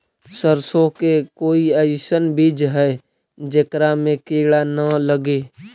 सरसों के कोई एइसन बिज है जेकरा में किड़ा न लगे?